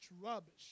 rubbish